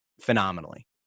phenomenally